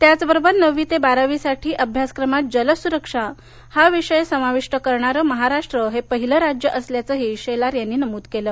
त्याचबरोबर नववी ते दहावी साठी अभ्यासक्रमात जलस्रक्षा हा विषय समाविष्ट करणारं महाराष्ट्र हे पहिले राज्य असल्याचंही शेलार यांनी नमूद केलं